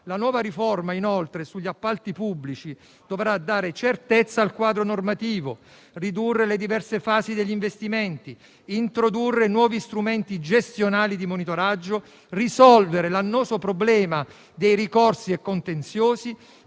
La nuova riforma in materia di appalti pubblici dovrà dare certezza al quadro normativo, ridurre le diverse fasi degli investimenti, introdurre nuovi strumenti gestionali di monitoraggio, risolvere l'annoso problema dei ricorsi e dei contenziosi,